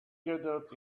gathered